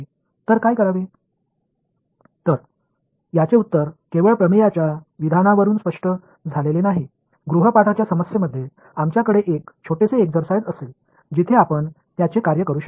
எனவே அதற்கான பதில் தேற்றத்தின் அறிக்கையிலிருந்து மட்டும் தெளிவாகத் தெரியவில்லை வீட்டுப்பாடதில் ஒரு சிறிய பயிற்சியை நாங்கள் செய்வோம் அங்கு நீங்கள் அதைச் செய்ய முடியும்